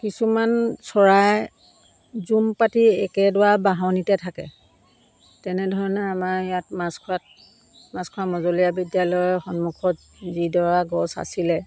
কিছুমান চৰাই জুম পাতি একেডৰা বাঁহনিতে থাকে তেনেধৰণে আমাৰ ইয়াত মাছখোৱাত মাছখোৱা মজলীয়া বিদ্যালয়ৰ সন্মুখত যিডৰা গছ আছিলে